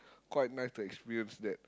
quite nice to experience that